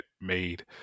made